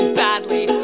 badly